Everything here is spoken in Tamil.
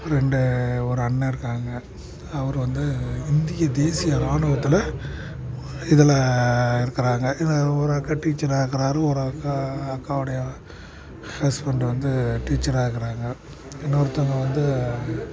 ரெண்டு ஒரு அண்ணன் இருக்காங்க அவர் வந்து இந்திய தேசிய இராணுவத்தில் இதில் இருக்கிறாங்க இதில் ஒரு அக்கா டீச்சராக இருக்கிறாரு ஒரு அக்கா அக்காவுடைய ஹஸ்பண்டு வந்து டீச்சராக இருக்கிறாங்க இன்னொருத்தங்கள் வந்து